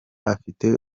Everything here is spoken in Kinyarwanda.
afite